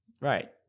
Right